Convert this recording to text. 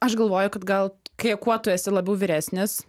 aš galvoju kad gal kai kuo tu esi labiau vyresnis